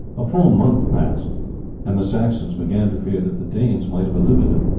a full month passed and the saxons began to fear that the danes might have eluded them,